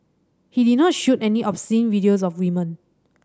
he did not shoot any obscene videos of woman